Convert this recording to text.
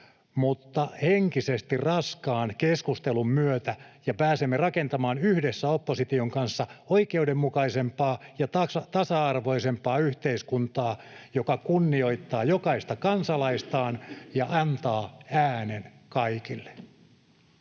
mutta henkisesti raskaan keskustelun myötä ja pääsemme rakentamaan yhdessä opposition kanssa oikeudenmukaisempaa ja tasa-arvoisempaa yhteiskuntaa, joka kunnioittaa jokaista kansalaisistaan ja antaa äänen kaikille.